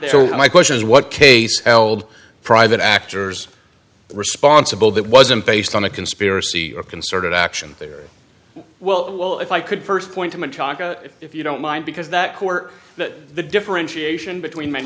there so my question is what case held private actors responsible that wasn't based on a conspiracy or concerted action there well if i could st point if you don't mind because that court that the differentiation between m